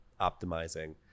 optimizing